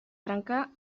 trencar